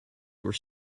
were